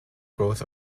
growth